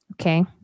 Okay